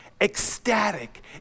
ecstatic